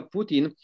Putin